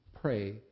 pray